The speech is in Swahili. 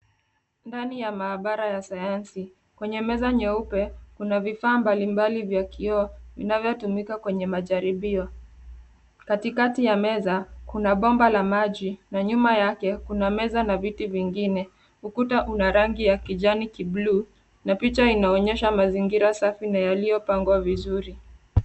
Ndani ya maabara ya sayansi. Kwenye meza nyeupe, kuna vifaa mbalimbali vya kioo vinavyotumika kwenye majaribio. Katikati ya meza, kuna bomba la maji na nyuma yake kuna meza na viti vingine. Ukuta una rangi ya kijani kibluu , na picha inaonyesha mazingira safi na yaliyopangwa vizuri.